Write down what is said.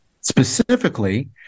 specifically